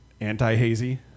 anti-hazy